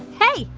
hey,